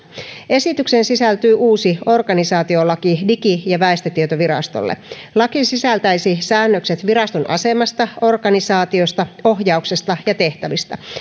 esitykseen sisältyy uusi organisaatiolaki digi ja väestötietovirastolle laki sisältäisi säännökset viraston asemasta organisaatiosta ohjauksesta ja tehtävistä ja